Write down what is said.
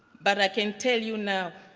but i can tell you now,